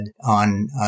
on